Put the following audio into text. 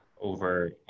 over